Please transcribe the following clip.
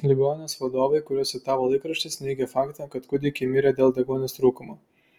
ligoninės vadovai kuriuos citavo laikraštis neigė faktą kad kūdikiai mirė dėl deguonies trūkumo